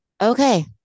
okay